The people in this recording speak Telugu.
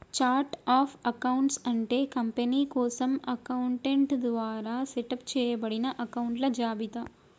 ఛార్ట్ ఆఫ్ అకౌంట్స్ అంటే కంపెనీ కోసం అకౌంటెంట్ ద్వారా సెటప్ చేయబడిన అకొంట్ల జాబితా